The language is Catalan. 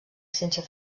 ciència